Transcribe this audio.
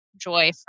joy